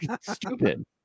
stupid